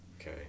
Okay